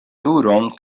turon